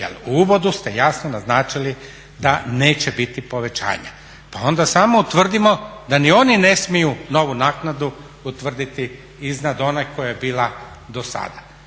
u uvodu ste jasno naznačili da neće biti povećanja, pa onda samo utvrdimo da ni oni ne smiju novu naknadu utvrditi iznad one koja je bila dosada.